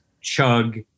chug